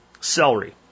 Celery